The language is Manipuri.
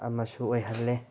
ꯑꯃꯁꯨ ꯑꯣꯏꯍꯜꯂꯦ